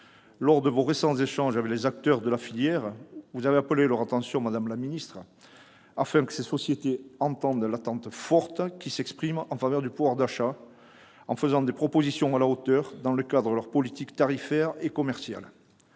lors de vos récents échanges avec les acteurs de la filière, vous avez appelé leur attention, afin que ces sociétés entendent l'attente forte qui s'exprime en faveur du pouvoir d'achat et formulent des propositions à la hauteur, dans le cadre de leurs politiques tarifaire et commerciale.